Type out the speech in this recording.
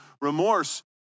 remorse